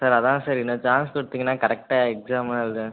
sir அதான் sir இன்னொரு chance கொடுத்தீங்கனா கரெக்டாக எக்ஸாமெல்லாம் எழுதுவேன்